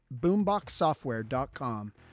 boomboxsoftware.com